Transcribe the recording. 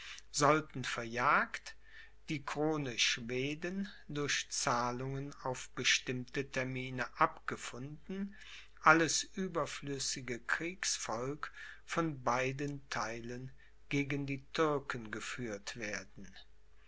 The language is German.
sollten verjagt die krone schweden durch zahlungen auf bestimmte termine abgefunden alles überflüssige kriegsvolk von beiden theilen gegen die türken geführt werden